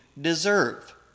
deserve